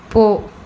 போ